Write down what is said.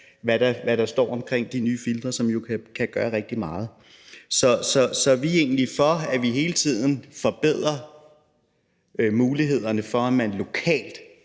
hvad der står om de nye filtre, som jo kan gøre rigtig meget. Så vi er egentlig for, at vi hele tiden forbedrer mulighederne for, at man lokalt